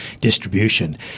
distribution